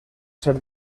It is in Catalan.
ser